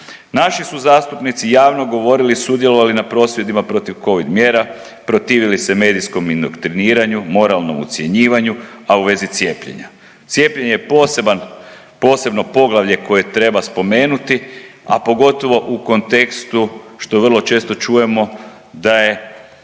Naši su zastupnici javno govorili, sudjelovali na prosvjedima protiv covid mjera, protivili se medijskom indoktriniranju, moralnom ucjenjivanju, a u vezi cijepljenja. Cijepljenje je posebno poglavlje koje treba spomenuti, a pogotovo u kontekstu što vrlo često čujemo da je